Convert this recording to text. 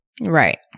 Right